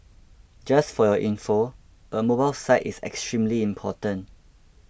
just for your info a mobile site is extremely important